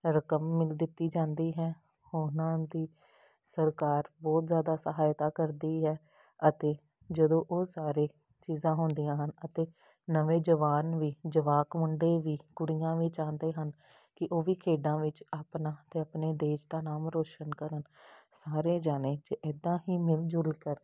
ਰਕਮ ਮਿਲ ਦਿੱਤੀ ਜਾਂਦੀ ਹੈ ਉਹਨਾਂ ਦੀ ਸਰਕਾਰ ਬਹੁਤ ਜ਼ਿਆਦਾ ਸਹਾਇਤਾ ਕਰਦੀ ਹੈ ਅਤੇ ਜਦੋਂ ਉਹ ਸਾਰੇ ਚੀਜ਼ਾਂ ਹੁੰਦੀਆਂ ਹਨ ਅਤੇ ਨਵੇਂ ਜਵਾਨ ਵੀ ਜਵਾਕ ਮੁੰਡੇ ਵੀ ਕੁੜੀਆਂ ਵੀ ਚਾਹੁੰਦੇ ਹਨ ਕਿ ਉਹ ਵੀ ਖੇਡਾਂ ਵਿੱਚ ਆਪਣਾ ਅਤੇ ਆਪਣੇ ਦੇਸ਼ ਦਾ ਨਾਮ ਰੋਸ਼ਨ ਕਰਨ ਸਾਰੇ ਜਾਣੇ ਜੇ ਇੱਦਾਂ ਹੀ ਮਿਲਜੁਲ ਕਰ